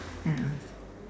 ya